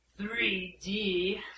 3d